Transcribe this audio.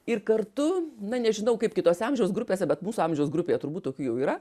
ir kartu na nežinau kaip kitose amžiaus grupėse bet mūsų amžiaus grupėje turbūt tokių jau yra